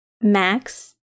max